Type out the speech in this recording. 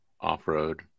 off-road